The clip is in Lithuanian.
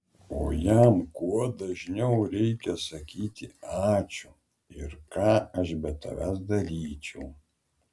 o jam kuo dažniau reikia sakyti ačiū ir ką aš be tavęs daryčiau